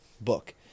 book